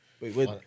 Wait